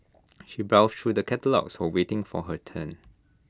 she browsed through the catalogues while waiting for her turn